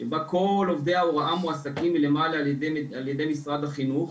שבה כל עובדי ההוראה מועסקים מלמעלה על ידי משרד החינוך.